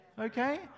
Okay